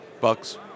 Bucks